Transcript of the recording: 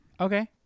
Okay